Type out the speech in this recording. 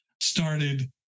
started